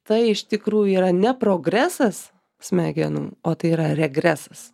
tai iš tikrųjų yra ne progresas smegenų o tai yra regresas